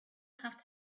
have